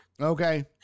okay